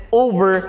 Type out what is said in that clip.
over